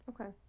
Okay